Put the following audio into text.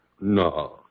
No